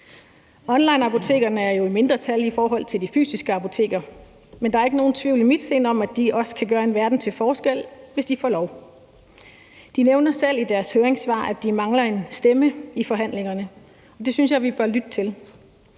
Onlineapotekerne er jo i mindretal i forhold til de fysiske apoteker, men der er ikke nogen tvivl i mit sind om, at de også kan gøre en verden til forskel, hvis de får lov. De nævner selv i deres høringssvar, at de mangler en stemme i forhandlingerne, og det synes jeg at vi bør lytte til.